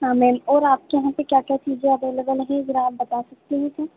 हाँ मैम ओर आपके यहाँ पर क्या क्या चीजें अवेलेबल हैं फिर आप बता सकती हैं क्या